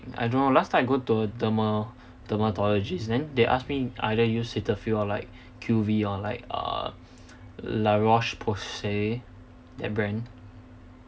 I don't know last time I go to a derma~ dermatologist then they ask me either use cetaphil or like Q_V or like uh La Roche-Posay that brand